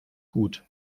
gut